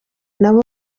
nabo